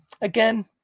Again